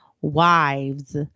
wives